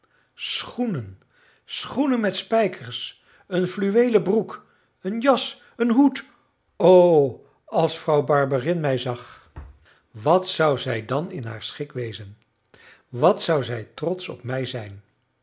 schoenen schoenen met spijkers een fluweelen broek een jas een hoed o als vrouw barberin mij zag wat zou zij dan in haar schik wezen wat zou zij trotsch op mij zijn